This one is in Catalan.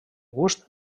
gust